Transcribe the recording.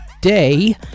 Day